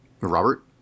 Robert